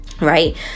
Right